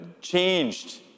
changed